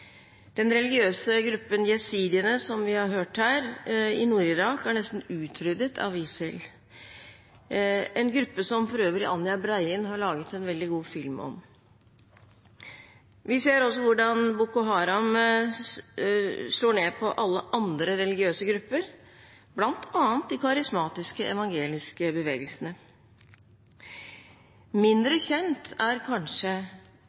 Den religiøse gruppen jesidiene i Nord-Irak, som vi har hørt om her, er nesten utryddet av ISIL, en gruppe som for øvrig Anja Breien har laget en veldig god film om. Vi ser også hvordan Boko Haram slår ned på alle andre religiøse grupper, bl.a. de karismatiske evangeliske bevegelsene. Mindre kjent er kanskje